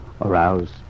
arouse